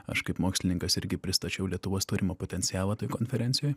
aš kaip mokslininkas irgi pristačiau lietuvos turimą potencialą toj konferencijoj